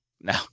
No